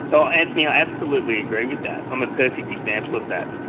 so antony, i absolutely agree with that. i'm a perfect example of that.